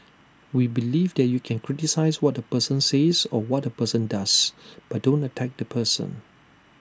we believe that you can criticise what A person says or what A person does but don't attack the person